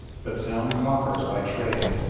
but sound, calkers by trade,